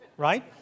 Right